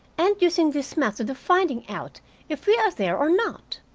and using this method of finding out if we are there or not?